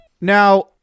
Now